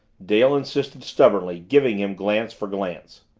dale insisted stubbornly, giving him glance for glance.